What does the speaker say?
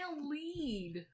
lead